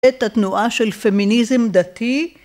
‫את התנועה של פמיניזם דתי.